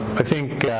i think